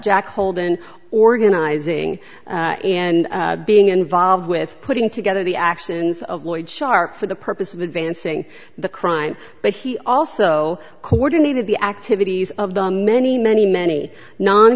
jack holden organizing and being involved with putting together the actions of lloyd sharpe for the purpose of advancing the crime but he also coordinated the activities of the many many many non